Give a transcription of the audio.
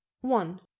One